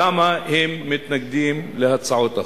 למה הם מתנגדים להצעות החוק.